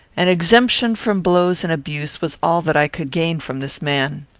an exemption from blows and abuse was all that i could gain from this man.